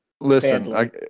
Listen